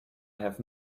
have